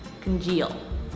congeal